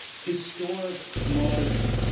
historic modern,